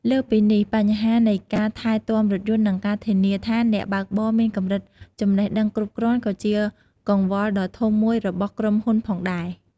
លើសពីនេះ បញ្ហានៃការថែទាំរថយន្តនិងការធានាថាអ្នកបើកបរមានកម្រិតចំណេះដឹងគ្រប់គ្រាន់ក៏ជាកង្វល់ដ៏ធំមួយរបស់ក្រុមហ៊ុនផងដែរ។